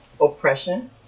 oppression